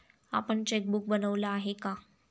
आपण चेकबुक बनवलं आहे का?